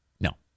No